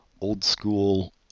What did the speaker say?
old-school